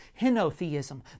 henotheism